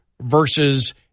versus